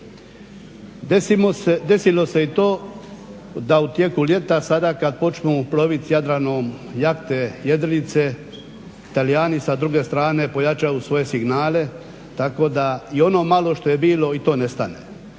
Desilo se i to da u tijeku ljeta sada kad počnu ploviti Jadranom jahte, jedrilice Talijani sa druge strane pojačaju svoje signale tako da i ono malo što je bilo i to nestane.